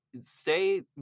Stay